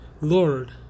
Lord